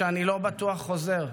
"שאני לא בטוח חוזר,